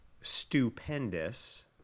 stupendous